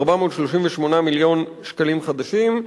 438 מיליון שקלים חדשים,